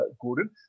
Gordon